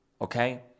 okay